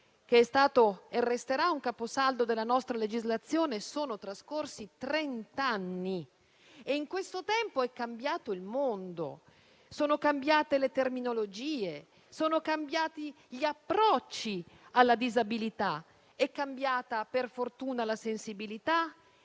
che è stata e resterà un caposaldo della nostra legislazione - sono trascorsi trenta anni e in questo tempo è cambiato il mondo; sono cambiate le terminologie; sono cambiati gli approcci alla disabilità; sono cambiati - per fortuna - la sensibilità